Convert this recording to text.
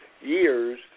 years